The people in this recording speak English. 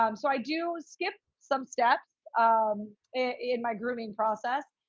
um so i do skip some steps um in my grooming process.